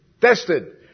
Tested